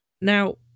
Now